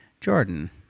Jordan